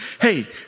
hey